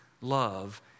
love